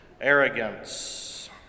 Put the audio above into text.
arrogance